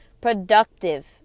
productive